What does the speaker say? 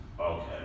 Okay